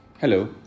hello